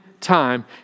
time